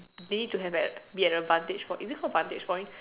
they need to have at be at a vantage point is it called vantage point